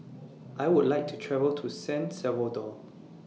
I Would like to travel to San Salvador